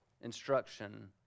instruction